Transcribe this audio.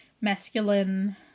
masculine